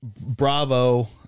Bravo